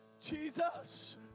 Jesus